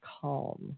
calm